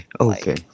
okay